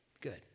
Good